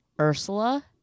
Ursula